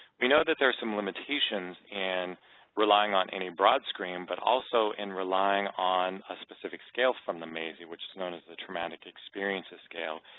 we know that there's some limitations in and relying on any broad screen, but also in relying on ah specific scale from the maysi, which is known as the traumatic experiences scale,